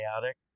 chaotic